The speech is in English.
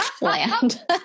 Land